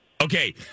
Okay